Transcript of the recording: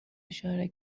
اشاره